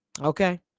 okay